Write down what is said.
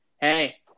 Hey